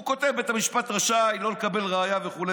הוא כותב: בית המשפט רשאי לא לקבל ראיה, וכו'